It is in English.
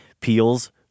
peels